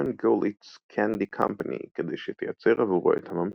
Goelitz Candy Company" כדי שתייצר עבורו את הממתק.